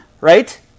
Right